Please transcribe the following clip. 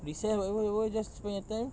recess whatever whatever just spend the time